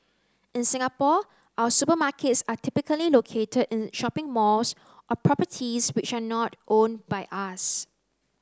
in Singapore our supermarkets are typically located in shopping malls or properties which are not owned by us